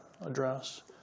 Address